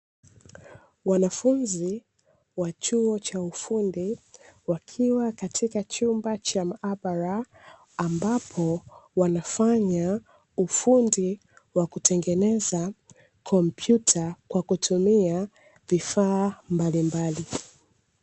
Wanafunzi wa chuo cha ufundi wakiwa katika chumba cha maabara ambapo wanafanya ufundi wa kutengeneza kompyuta kwa kutumia vifaa mbalimbali